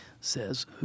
says